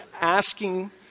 asking